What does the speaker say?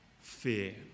fear